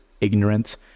ignorant